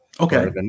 Okay